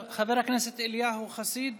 חבר הכנסת אליהו חסיד,